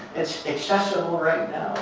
it's accessible right